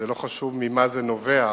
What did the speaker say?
זה לא חשוב ממה זה נובע,